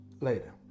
later